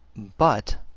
but,